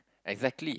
exactly